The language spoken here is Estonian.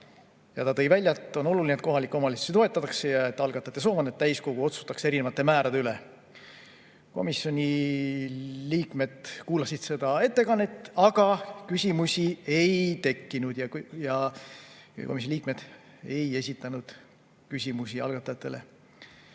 Ta tõi välja, et on oluline, et kohalikke omavalitsusi toetatakse, ja et algatajate soov on, et täiskogu otsustaks erinevate määrade üle. Komisjoni liikmed kuulasid seda ettekannet, aga küsimusi ei tekkinud ja komisjoni liikmed ei esitanud algatajate